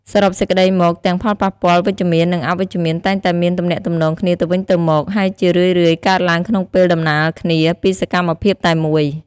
សរុបសេចក្ដីមក ទាំងផលប៉ះពាល់វិជ្ជមាន និងអវិជ្ជមានតែងតែមានទំនាក់ទំនងគ្នាទៅវិញទៅមក ហើយជារឿយៗកើតឡើងក្នុងពេលដំណាលគ្នាពីសកម្មភាពតែមួយ។